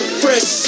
fresh